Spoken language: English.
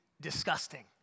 disgusting